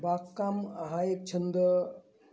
बागकाम हा एक छंद